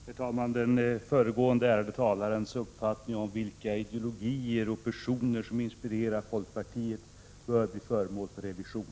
Herr talman! Den föregående ärade talarens uppfattning om vilka ideologier och personer som inspirerat folkpartiet bör bli föremål för revision.